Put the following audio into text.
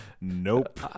nope